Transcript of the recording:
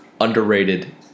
underrated